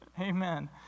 Amen